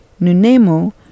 Nunemo